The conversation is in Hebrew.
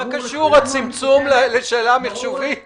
מה קשור הצמצום לשאלה המחשובית?